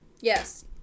Yes